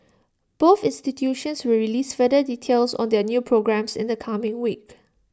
both institutions will release further details on their new programmes in the coming week